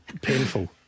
painful